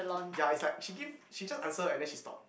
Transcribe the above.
eh ya is like she give she just answer and then she stop